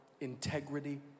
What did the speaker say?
integrity